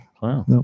wow